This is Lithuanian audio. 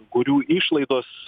kurių išlaidos